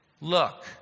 Look